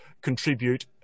contribute